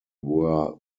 were